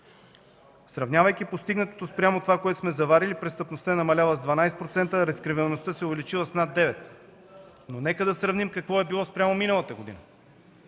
Сравнявайки постигнатото спрямо това, което сме заварили, престъпността е намаляла с 12%, а разкриваемостта се е увеличила с над 9%. Но нека да сравним какво е било спрямо миналата година